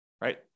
right